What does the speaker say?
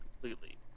completely